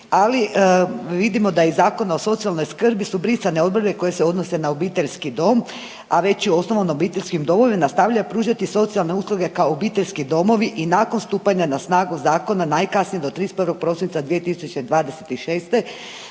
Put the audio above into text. ali vidimo da u Zakonu o socijalnoj skrbi su brisane odredbe koje se odnose na obiteljski dom, a već u osnovanim obiteljskim domovima nastavljaju pružati socijalne usluge kao obiteljski domovi i nakon stupanja na snagu zakona najkasnije do 31. prosinca 2026.